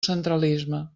centralisme